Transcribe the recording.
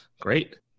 Great